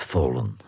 Fallen